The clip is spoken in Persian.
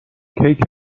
کیک